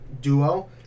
duo